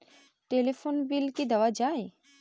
Telephone bill কি দেওয়া যায়?